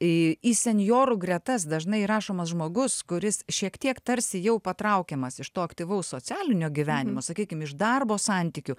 į senjorų gretas dažnai rašomas žmogus kuris šiek tiek tarsi jau patraukiamas iš to aktyvaus socialinio gyvenimo sakykim iš darbo santykių